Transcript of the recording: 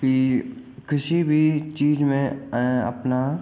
कि किसी भी चीज़ में अपना